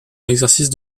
l’exercice